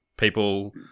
People